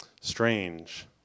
strange